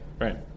right